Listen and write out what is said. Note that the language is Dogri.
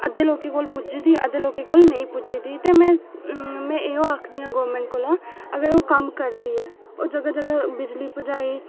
अद्धें लोकें कोल पुजदी अद्धे लोकें कोल नेईं पुजदी ते मैं इयो आखनी गवर्नमेंट कोला अगर ओह् कम्म करदी ऐ ओह् जगह् जगह् बिजली पजाए